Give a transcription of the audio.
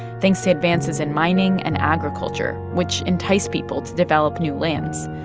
thanks to advances in mining and agriculture, which enticed people to develop new lands.